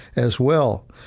as well.